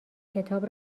کتاب